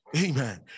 Amen